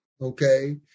okay